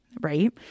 Right